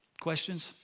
Questions